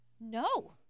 No